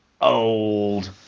old